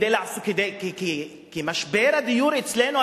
כי משבר הדיור אצלנו,